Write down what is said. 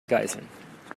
geiseln